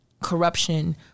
corruption